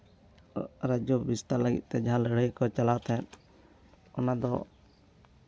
ᱨᱟᱡᱽᱡᱚ ᱵᱤᱥᱛᱟᱨ ᱞᱟᱹᱜᱤᱫ ᱛᱮ ᱡᱟᱦᱟᱸ ᱞᱟᱹᱲᱦᱟᱹᱭ ᱠᱚ ᱪᱟᱞᱟᱣ ᱛᱟᱦᱮᱸᱫ ᱚᱱᱟ ᱫᱚ